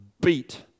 beat